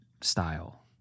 style